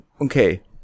okay